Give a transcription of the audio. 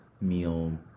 meal